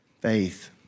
faith